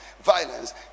violence